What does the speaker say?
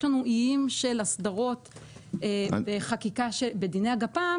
יש לנו איים של הסדרות בחקיקה שבדיני הגפ"מ,